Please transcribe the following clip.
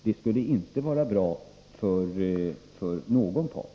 Det skulle inte vara bra för någon part.